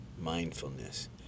mindfulness